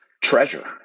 treasure